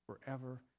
forever